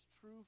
true